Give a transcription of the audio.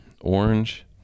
orange